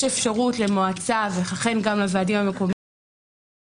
יש אפשרות למועצה וכן גם לוועדים המקומיים